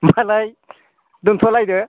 होमबालाय दोनथ'लायदो